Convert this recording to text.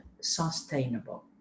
sustainable